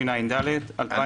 התשע"ד 2014‏ 100 אחוזים,